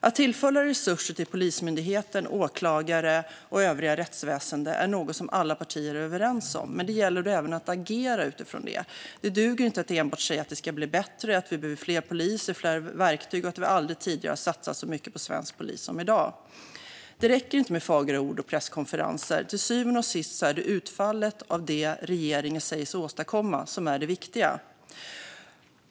Att tillföra resurser till Polismyndigheten, åklagare och det övriga rättsväsendet är något som alla partier är överens om, men det gäller även att agera utifrån det. Det duger inte att enbart säga att det ska bli bättre, att vi behöver fler poliser och fler verktyg och att vi aldrig tidigare har satsat så mycket på svensk polis som i dag. Det räcker inte med fagra ord och presskonferenser - till syvende och sist är det utfallet av det regeringen säger sig åstadkomma som är det viktiga.